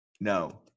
no